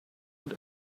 und